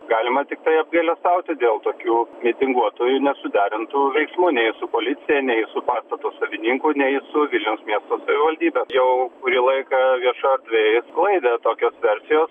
galima tiktai apgailestauti dėl tokių mitinguotojų nesuderintų veiksmų nei su policija nei su pastato savininku nei su vilniaus miesto savivaldybe jau kurį laiką viešoj erdvėj skalidė tokios versijos